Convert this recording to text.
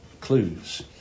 clues